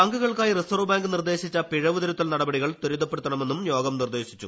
ബാങ്കുകൾക്കായി reserve bank നിർദ്ദേശിച്ച പിഴവുതിരുത്തൽ നടപടികൾ ത്വരിതപ്പെടുത്തണമെന്നും യോഗം നിർദ്ദേശിച്ചു